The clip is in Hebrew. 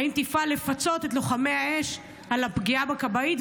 האם תפעל לפצות את לוחמי האש על הפגיעה בכבאית,